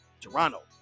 Toronto